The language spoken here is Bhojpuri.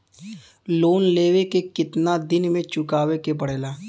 लोन लेवे के कितना दिन मे चुकावे के पड़ेला?